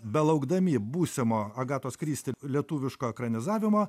belaukdami būsimo agatos kristi lietuviško ekranizavimo